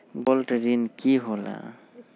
Gold ऋण की होला?